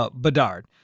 Bedard